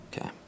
okay